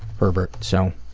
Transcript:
herbert, so,